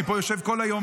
אני יושב פה כל היום,